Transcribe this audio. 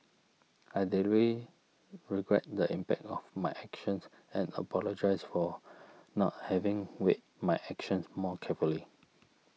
I deeply regret the impact of my actions and apologise for not having weighed my actions more carefully